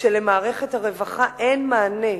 ולמערכת הרווחה אין מענה.